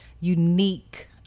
unique